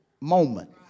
moment